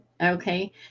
okay